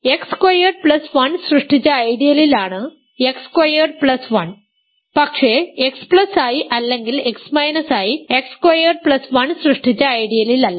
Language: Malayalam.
എക്സ് സ്ക്വയേർഡ് പ്ലസ് 1 സൃഷ്ടിച്ച ഐഡിയലിലാണ് എക്സ് സ്ക്വയേർഡ് പ്ലസ് 1 പക്ഷേ Xi അല്ലെങ്കിൽ X i X squared plus 1 സൃഷ്ടിച്ച ഐഡിയലിലല്ല